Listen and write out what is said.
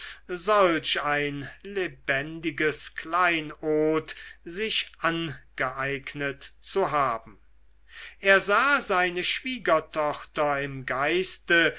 solch ein lebendiges kleinod sich angeeignet zu haben er sah seine schwiegertochter im geiste